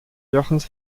jochens